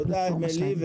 תודה אמילי.